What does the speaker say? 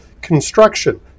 Construction